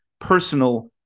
personal